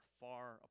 far